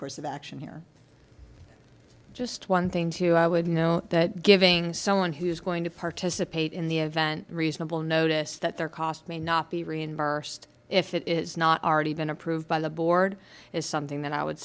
course of action here just one thing to i would know that giving someone who is going to participate in the event reasonable notice that their cost may not be reimbursed if it is not already been approved by the board is something that i would